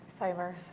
Cyber